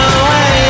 away